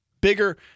bigger